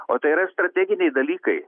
o tai yra strateginiai dalykai